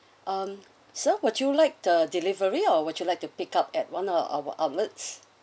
um sir would you like the delivery or would you like to pick up at one of our outlets